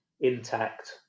intact